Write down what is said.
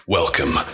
welcome